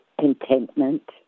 contentment